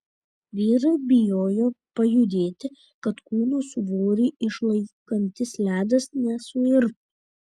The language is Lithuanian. vyrai bijojo pajudėti kad kūno svorį išlaikantis ledas nesuirtų